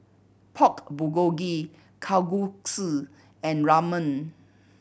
Pork Bulgogi Kalguksu and Ramen